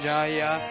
Jaya